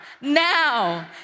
now